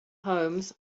homes